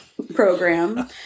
Program